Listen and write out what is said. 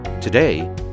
Today